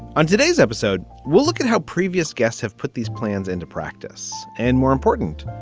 on today's episode, we'll look at how previous guests have put these plans into practice and more important.